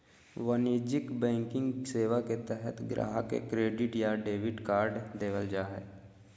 वाणिज्यिक बैंकिंग सेवा के तहत गाहक़ के क्रेडिट या डेबिट कार्ड देबल जा हय